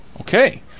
Okay